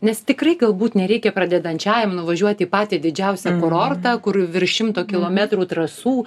nes tikrai galbūt nereikia pradedančiąjam nuvažiuoti į patį didžiausią kurortą kur virš šimto kilometrų trasų